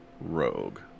Rogue